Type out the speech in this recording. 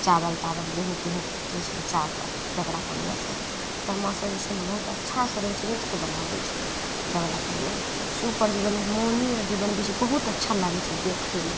चावल तावल गेहूँ तेहुँ फटकय छै ओइ चा अथी डगरा कोनियाँसँ डोमा सब जे छै ने बहुत अच्छासँ रचि रचि कऽ बनाबय छै डगरा कोनियाँ सूप आओर जे बनय मौनी आओर जे बनबय छै बहुत अच्छा लागय छै देखयमे